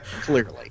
clearly